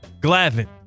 Glavin